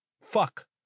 fuck